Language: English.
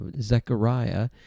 Zechariah